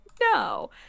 no